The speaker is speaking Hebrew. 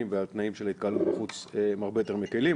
והתנאים של ההתקהלות בחוץ הם הרבה יותר מקלים,